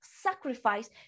sacrifice